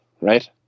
right